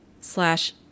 slash